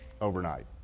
overnight